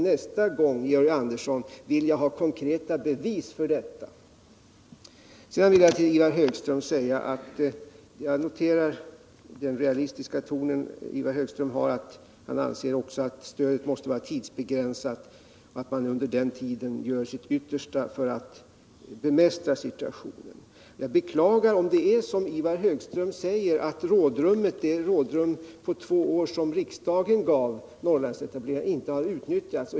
Nästa gång, Georg Andersson, vill jag ha konkreta bevis. Jag noterar Ivar Högströms realistiska ton. Han anser också att stödet måste vare tidsbegränsat och att man under den tiden skall göra sitt yttersta för att bemästra situationen. Jag beklagar om det är så som Ivar Högström säger, att det rådrum på två år som riksdagen gav Norrlandsetableringarna inte har utnyttjats.